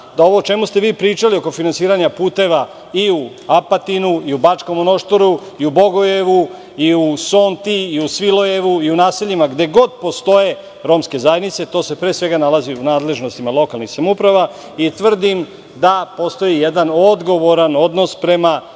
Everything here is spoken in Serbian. da ovo o čemu ste vi pričali oko finansiranja puteva u Apatinu, Bačkom Monoštoru i u Bogojevu, u Sonti i u Svilojevu i u naseljima gde god postoje romske zajednice, to se pre svega nalazi u nadležnostima lokalnih samouprava i tvrdim da postoji jedan odgovoran odnos prema